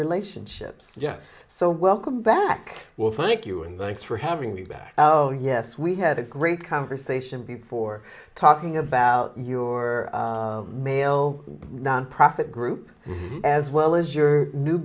relationships yes so welcome back well thank you and thanks for having me back oh yes we had a great conversation before talking about your male nonprofit group as well as your new